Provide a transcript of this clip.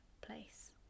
place